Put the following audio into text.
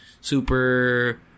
super